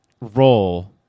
role